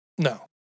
No